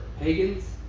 pagans